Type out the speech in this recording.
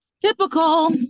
Typical